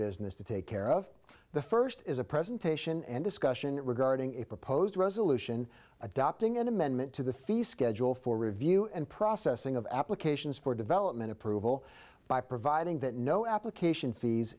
business to take care of the first is a presentation and discussion regarding a proposed resolution adopting an amendment to the fee schedule for review and processing of applications for development approval by providing that no application fees